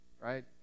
right